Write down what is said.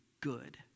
good